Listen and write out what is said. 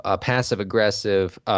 passive-aggressive